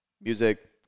Music